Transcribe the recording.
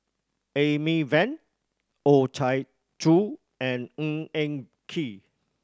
Amy Van Oh Chai Zhu and Ng Eng Kee